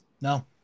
No